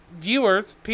viewers